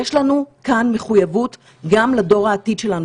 ויש לנו כאן מחויבות גם לדור העתיד שלנו,